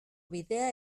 bidea